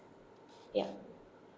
ya